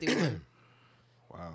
Wow